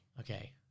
Okay